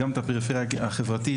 גם את הפריפריה החברתית,